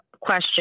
question